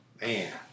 Man